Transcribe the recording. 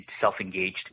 self-engaged